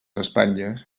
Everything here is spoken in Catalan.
espatlles